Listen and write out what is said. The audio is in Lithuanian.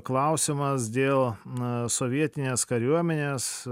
klausimas dėl na sovietinės kariuomenės